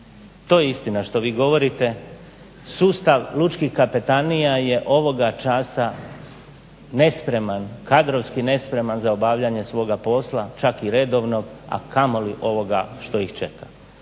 To je istina što vi govorite. Sustav lučkih kapetanija je ovoga časa nespreman, kadrovski nespreman za obavljanje svoga posla čak i redovnog, a kamoli ovoga što ih čeka.